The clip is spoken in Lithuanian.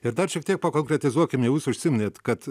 ir dar šiek tiek konkretizuokime jūs užsiminėt kad